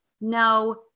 no